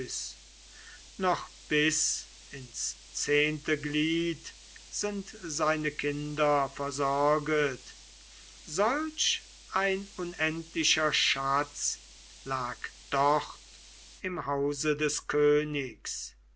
noch bis ins zehnte glied sind seine kinder versorget solch ein unendlicher schatz lag dort im hause des königs